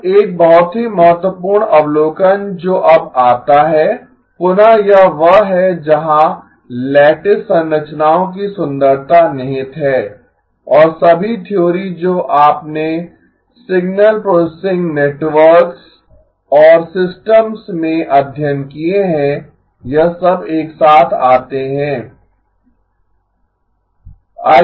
अब एक बहुत ही महत्वपूर्ण अवलोकन जो अब आता है पुनः यह वह है जहां लैटिस संरचनाओं की सुंदरता निहित है और सभी थ्योरी जो आपने सिग्नल प्रोसेसिंग नेटवर्क्स और सिस्टम्स में अध्ययन किए हैं यह सब एक साथ आते हैं